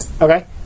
Okay